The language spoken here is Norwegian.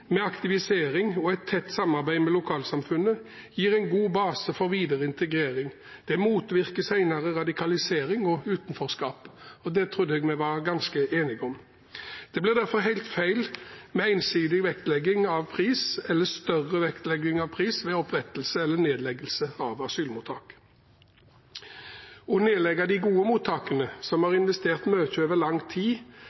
med aktivisering og tett samarbeid med lokalsamfunnet gir en god base for videre integrering. Det motvirker senere radikalisering og utenforskap, og det trodde jeg vi var ganske enige om. Det blir derfor helt feil med ensidig vektlegging av pris eller større vektlegging av pris ved opprettelse eller nedleggelse av asylmottak. Å nedlegge de gode mottakene som har